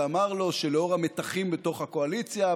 ואמר לו שלנוכח המתחים בתוך הקואליציה,